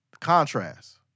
contrast